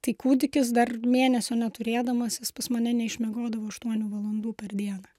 tai kūdikis dar mėnesio neturėdamas jis pas mane neišmiegodavo aštuonių valandų per dieną